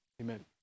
amen